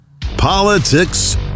Politics